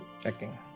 Checking